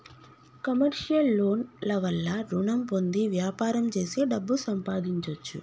commercial loan ల వల్ల రుణం పొంది వ్యాపారం చేసి డబ్బు సంపాదించొచ్చు